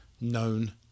known